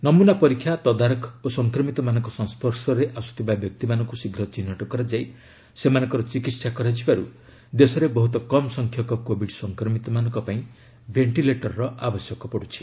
ନମୁନା ପରୀକ୍ଷା ତଦାରଖ ଓ ସଂକ୍ରମିତମାନଙ୍କ ସଂସ୍କର୍ଶରେ ଆସୁଥିବା ବ୍ୟକ୍ତିମାନଙ୍କୁ ଶୀଘ୍ର ଚିହ୍ନଟ କରାଯାଇ ସେମାନଙ୍କର ଚିକିତ୍ସା କରାଯିବାରୁ ଦେଶରେ ବହୁତ କମ୍ ସଂଖ୍ୟକ କୋଭିଡ୍ ସ କ୍ମିତମାନଙ୍କ ପାଇଁ ଭେଷ୍ଟିଲେଟରର ଆବଶ୍ୟକ ପଡ଼ୁଛି